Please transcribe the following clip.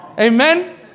Amen